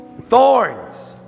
thorns